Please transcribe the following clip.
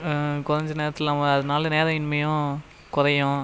குறஞ்ச நேரத்தில் அதனால் நேரமின்மையும் குறையும்